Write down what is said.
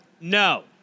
no